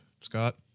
Scott